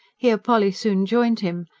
here polly soon joined him,